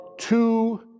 two